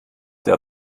der